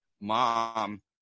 mom